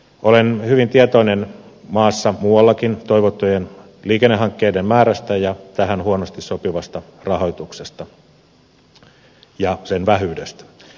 olen hyvin tietoinen maassa muuallakin toivottujen liikennehankkeiden määrästä ja tähän huonosti sopivasta rahoituksesta ja sen vähyydestä